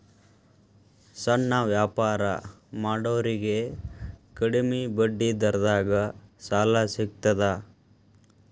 ಸಣ್ಣ ವ್ಯಾಪಾರ ಮಾಡೋರಿಗೆ ಕಡಿಮಿ ಬಡ್ಡಿ ದರದಾಗ್ ಸಾಲಾ ಸಿಗ್ತದಾ?